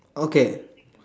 okay